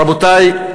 רבותי,